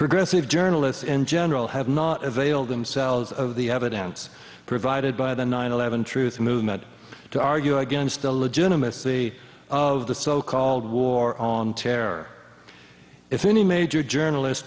progressive journalists in general have not availed themselves of the evidence provided by the nine eleven truth movement to argue against the legitimacy of the so called war on terror if any major journalist